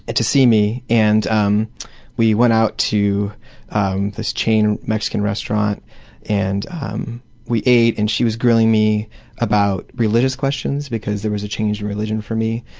and to see me and um we went out um this chain mexican restaurant and um we ate and she was grilling me about religious questions because there was a change in religion for me,